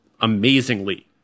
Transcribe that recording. amazingly